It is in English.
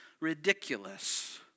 ridiculous